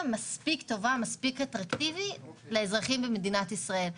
מספיק טובה ואטרקטיבית לאזרחים במדינת ישראל.